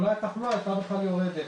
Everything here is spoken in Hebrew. אולי התחלואה הייתה בכלל יורדת.